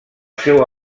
seu